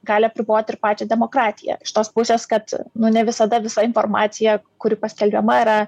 gali apriboti ir pačią demokratiją iš tos pusės kad nu ne visada visa informacija kuri paskelbiama yra